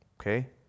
okay